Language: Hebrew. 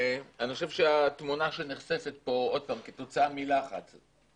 אני חושב שהתמונה שנחשפת פה היא עוד פעם כתוצאה מלחץ חיצוני.